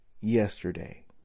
yesterday